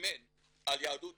מימן על יהדות